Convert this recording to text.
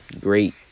Great